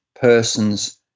person's